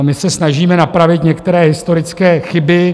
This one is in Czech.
My se snažíme napravit některé historické chyby.